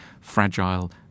fragile